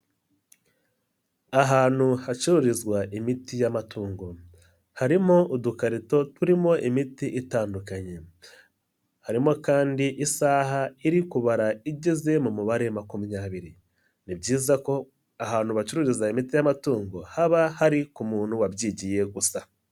Ahantu hacururizwa imiti y'amatungo, harimo udukarito turimo imiti itandukanye, harimo kandi isaha iri kubara igeze mu mubare makumyabiri. Ni byiza ko ahantu bacururiza imiti y'amatungo haba hari ku muntu wabyigiye gusa.